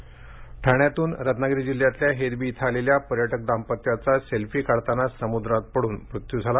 बड़न मृत्य ठाण्यातून रत्नागिरी जिल्ह्यातल्या हेदवी इथं आलेल्या पर्यटक दांपत्याचा सेल्फी काढताना समुद्रात पडून मृत्यू झाला